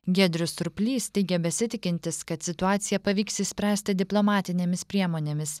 giedrius surplys teigė besitikintis kad situaciją pavyks išspręsti diplomatinėmis priemonėmis